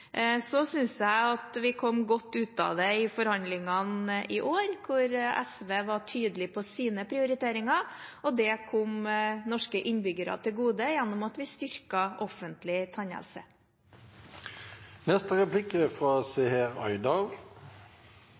Så synes jeg vi kom godt ut av det i forhandlingene i år, hvor SV var tydelig på sine prioriteringer, og det kom norske innbyggere til gode gjennom at vi